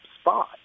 spot